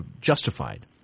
justified